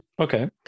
Okay